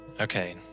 okay